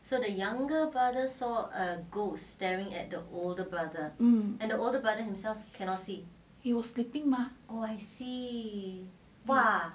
hmm he was sleeping mah